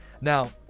Now